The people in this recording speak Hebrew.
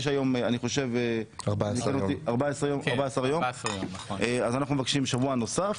היום יש 14 ימים ואנחנו מבקשים שבוע נוסף.